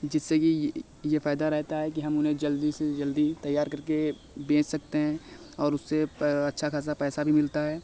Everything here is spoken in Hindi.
जिससे कि यह यह फ़ायदा रहता है कि हम उन्हें जल्दी से जल्दी तैयार करके बेच सकते हैं और उससे अच्छा खासा पैसा भी मिलता है